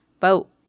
vote